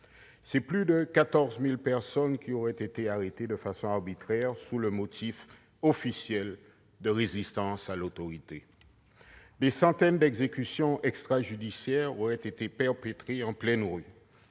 : plus de 14 000 personnes auraient été arrêtées de façon arbitraire sous le motif officiel de « résistance à l'autorité »; des centaines d'exécutions extrajudiciaires auraient été perpétrées en pleine rue